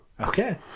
Okay